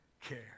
care